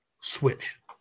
Switch